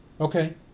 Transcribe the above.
Okay